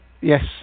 Yes